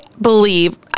believe